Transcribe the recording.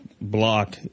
block